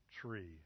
tree